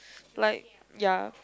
like ya